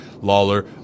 lawler